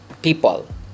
people